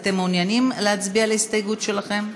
אתם מעוניינים להצביע על ההסתייגות שלכם?